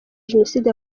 jenoside